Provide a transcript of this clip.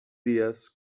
dies